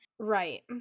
Right